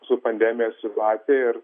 su pandemija situacija ir